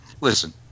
listen